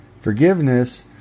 Forgiveness